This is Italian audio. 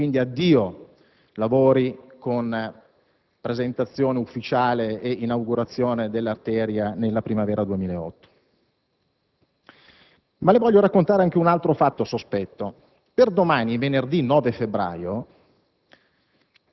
dire addio alla presentazione ufficiale e all'inaugurazione dell'arteria nella primavera 2008. Ma voglio raccontarle anche un altro fatto sospetto. Per domani, venerdì 9 febbraio,